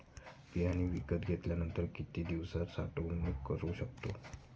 बियाणे विकत घेतल्यानंतर किती दिवस साठवणूक करू शकतो?